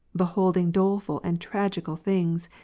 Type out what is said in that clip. beholding doleful and tragical things,